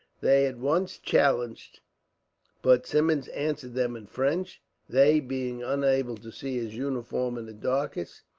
they at once challenged but symmonds answering them in french they, being unable to see his uniform in the darkness,